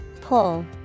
Pull